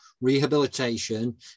rehabilitation